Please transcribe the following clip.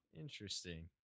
Interesting